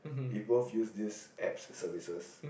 we both use this App services